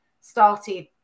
started